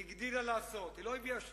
היא הגדילה לעשות, היא לא הביאה שניים,